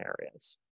areas